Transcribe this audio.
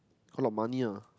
a lot money ah